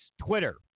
Twitter